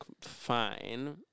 fine